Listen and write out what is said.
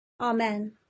Amen